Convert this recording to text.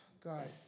God